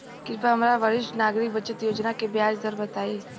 कृपया हमरा वरिष्ठ नागरिक बचत योजना के ब्याज दर बताई